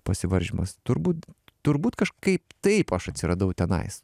pasivaržymas turbūt turbūt kažkaip taip aš atsiradau tenais